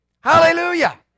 Hallelujah